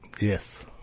Yes